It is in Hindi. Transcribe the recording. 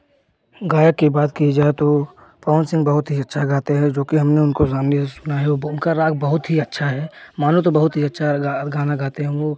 गायक की बात की जाए तो पवन सिंह बहुत ही अच्छा गाते हैं जो कि हमने उनको सामने से सुना है वह उनका राग बहुत ही अच्छा है मानो तो बहुत ही अच्छा लगा गाना गाते हैं वह